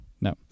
No